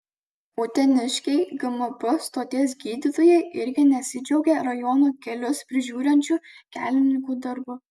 uteniškiai gmp stoties gydytojai irgi nesidžiaugia rajono kelius prižiūrinčių kelininkų darbu